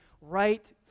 right